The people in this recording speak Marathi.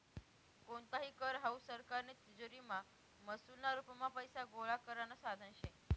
कोणताही कर हावू सरकारनी तिजोरीमा महसूलना रुपमा पैसा गोळा करानं साधन शे